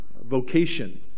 vocation